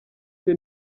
cye